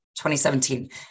2017